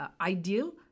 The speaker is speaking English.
Ideal